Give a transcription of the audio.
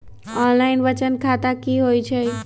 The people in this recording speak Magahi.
ऑनलाइन बचत खाता की होई छई?